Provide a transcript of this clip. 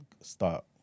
start